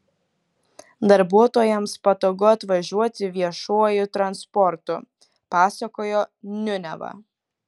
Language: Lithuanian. darbuotojams patogu atvažiuoti viešuoju transportu pasakojo niuneva